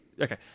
Okay